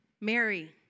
Mary